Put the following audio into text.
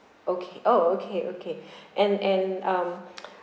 okay oh okay okay and and um